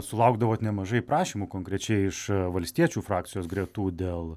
sulaukdavot nemažai prašymų konkrečiai iš valstiečių frakcijos gretų dėl